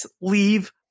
leave